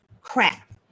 crap